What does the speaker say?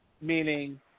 Meaning